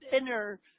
thinner